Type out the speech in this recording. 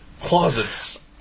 closets